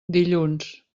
dilluns